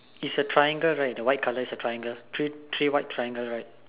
is a triangle right the white color is a triangle three white triangle right